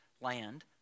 Land